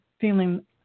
feeling